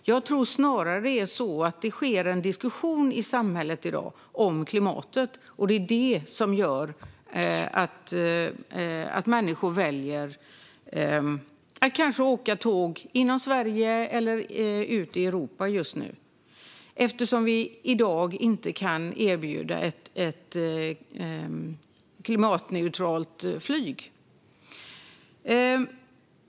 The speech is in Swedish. Jag tror snarare att det sker en diskussion i samhället om klimatet, och det är det som gör att människor i stället väljer att åka tåg inom Sverige eller ut i Europa - eftersom det i dag inte går att erbjuda ett klimatneutralt flyg.